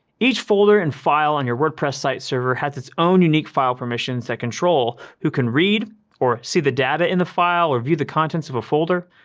each folder and file on your wordpress site server has its own unique file permissions that control who can read or see the data in the file or view the contents of a folder,